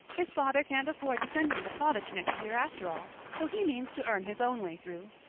his father can't afford to send him to college next year, after all, so he means to earn his own way through.